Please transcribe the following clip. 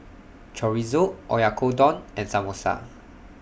Chorizo Oyakodon and Samosa